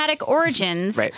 origins